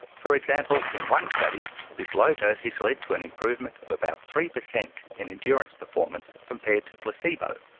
for example in one study this low dosage led to an improvement of about three percent in endurance performance compared to placebo,